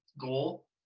goal